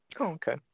okay